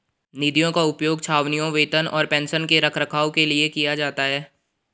निधियों का उपयोग छावनियों, वेतन और पेंशन के रखरखाव के लिए किया जाता है